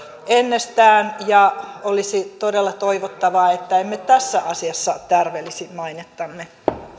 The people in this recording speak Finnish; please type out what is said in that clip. ennestään ja olisi todella toivottavaa että emme tässä asiassa tärvelisi mainettamme